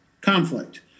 conflict